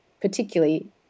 particularly